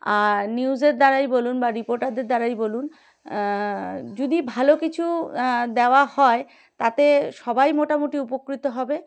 আর নিউজের দ্বারাই বলুন বা রিপোর্টারদের দ্বারাই বলুন যদি ভালো কিছু দেওয়া হয় তাতে সবাই মোটামুটি উপকৃত হবে